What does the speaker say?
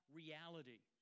reality